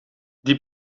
die